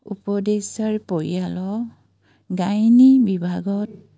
উপদেশ্যাৰ পৰিয়ালক গাইনী বিভাগত